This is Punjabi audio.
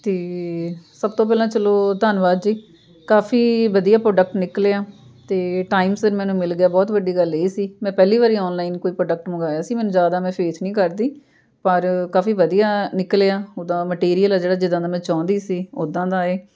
ਅਤੇ ਸਭ ਤੋਂ ਪਹਿਲਾਂ ਚਲੋ ਧੰਨਵਾਦ ਜੀ ਕਾਫ਼ੀ ਵਧੀਆ ਪ੍ਰੋਡਕਟ ਨਿਕਲਿਆ ਅਤੇ ਟਾਈਮ ਸਿਰ ਮੈਨੂੰ ਮਿਲ ਗਿਆ ਬਹੁਤ ਵੱਡੀ ਗੱਲ ਇਹ ਸੀ ਮੈਂ ਪਹਿਲੀ ਵਾਰੀ ਔਨਲਾਈਨ ਕੋਈ ਪ੍ਰੋਡਕਟ ਮੰਗਵਾਇਆ ਸੀ ਮੈਨੂੰ ਜ਼ਿਆਦਾ ਮੈਂ ਫੇਥ ਨਹੀਂ ਕਰਦੀ ਪਰ ਕਾਫ਼ੀ ਵਧੀਆ ਨਿਕਲਿਆ ਉਹਦਾ ਮਟੀਰੀਅਲ ਆ ਜਿਹੜਾ ਜਿੱਦਾਂ ਦਾ ਮੈਂ ਚਾਹੁੰਦੀ ਸੀ ਉੱਦਾਂ ਦਾ ਹੈ